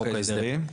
בחוק ההסדרים?